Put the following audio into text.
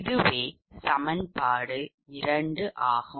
இதுவே சமன்பாடு 2 ஆகும்